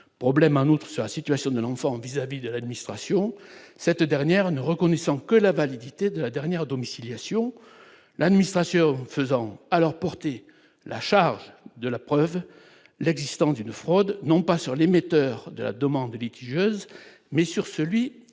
problème, un autre sur la situation de l'enfant vis-à-vis de l'administration, cette dernière ne reconnaissant que la validité de la dernière domiciliation l'administration faisant alors porter la charge de la preuve, l'existence d'une fraude non pas sur l'émetteur de la demande litigieuses, mais sur celui qui la